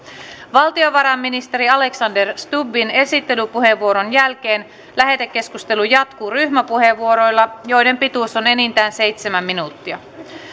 valtiovarainministeri alexander stubbin esittelypuheenvuoron jälkeen lähetekeskustelu jatkuu ryhmäpuheenvuoroilla joiden pituus on enintään seitsemän minuuttia